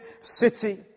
city